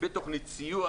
בתוכנית סיוע,